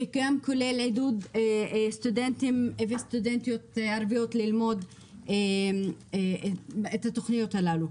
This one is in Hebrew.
כולל עידוד של סטודנטים וסטודנטיות ערביות ללמוד בתוכניות הללו.